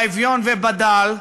באביון ובדל,